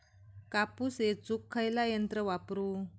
कापूस येचुक खयला यंत्र वापरू?